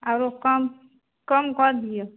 आओर कम कम कऽ दिऔ